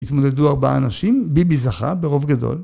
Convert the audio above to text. התמודדו ארבעה אנשים, ביבי זכה ברוב גדול.